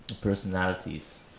personalities